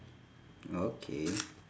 okay